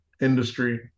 industry